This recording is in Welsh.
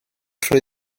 trwy